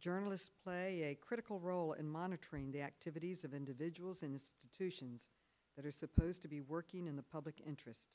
journalists play a critical role in monitoring the activities of individuals and institutions that are supposed to be working in the public interest